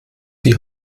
die